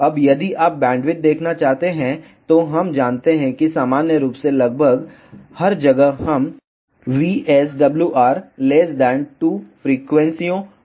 अब यदि आप बैंडविड्थ देखना चाहते हैं तो हम जानते हैं कि सामान्य रूप से लगभग हर जगह हम VSWR 2 फ्रीक्वेंसीयों पर विचार करते हैं